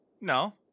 No